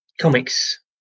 comics